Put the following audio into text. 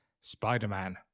Spider-Man